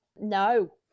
No